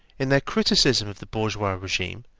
in their criticism of the bourgeois regime,